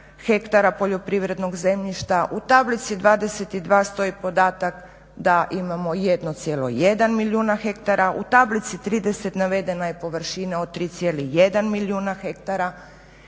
poljoprivrednog zemljišta. U tablici 22 stoji podatak da imamo 1,1 milijuna hektara, u tablici 30 navedena je površina od 3,1 milijuna hektara.